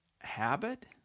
habit